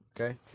okay